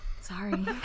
Sorry